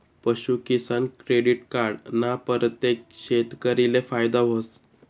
पशूकिसान credit card ना परतेक शेतकरीले फायदा व्हस